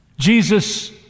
Jesus